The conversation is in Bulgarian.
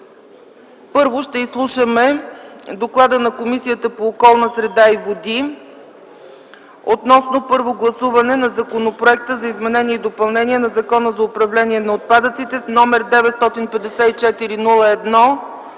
Първо ще изслушаме доклада на Комисията по околната среда и водите относно първо гласуване на Законопроекта за изменение и допълнение на Закона за управление на отпадъците, № 954-01-20,